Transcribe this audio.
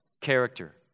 character